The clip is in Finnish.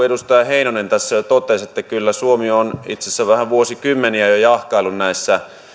edustaja heinonen tässä jo totesi kyllä suomi on itse asiassa vähän jo vuosikymmeniä jahkaillut näissä